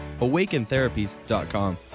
AwakenTherapies.com